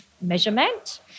measurement